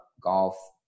golf